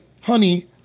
honey